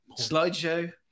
slideshow